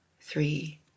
three